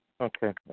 Okay